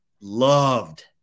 loved